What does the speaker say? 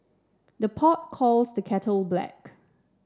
the pot calls the kettle black